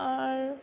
আর